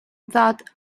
that